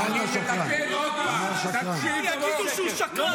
מי שמשקר, יגידו שהוא שקרן.